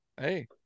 Hey